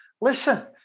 listen